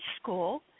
school